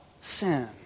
sin